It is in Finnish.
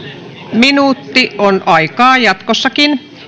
minuutti on aikaa jatkossakin